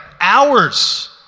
hours